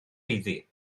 iddi